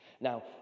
Now